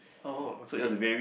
oh okay